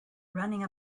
running